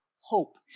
hope